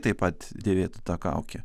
taip pat dėvėtų tą kaukę